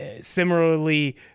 Similarly